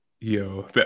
yo